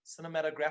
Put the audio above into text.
Cinematography